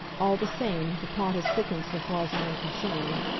all the same, the plot has thickened so far as i am concerned.